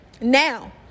Now